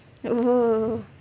oo